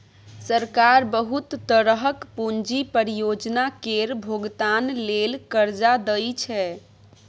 सरकार बहुत तरहक पूंजी परियोजना केर भोगतान लेल कर्जा दइ छै